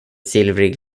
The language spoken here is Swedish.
silvrig